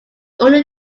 only